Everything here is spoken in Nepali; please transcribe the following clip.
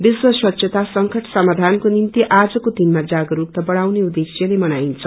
बिश्व स्वच्छता संकट समाधानको निम्ति आजको दिनमा जागरूकता बढ़ाउने उछेश्यले मनाईन्छ